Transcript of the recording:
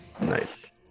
Nice